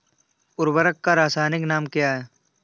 उर्वरक का रासायनिक नाम क्या है?